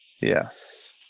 Yes